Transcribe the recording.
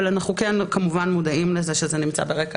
אבל אנחנו כן כמובן מודעים לזה שזה נמצא ברקע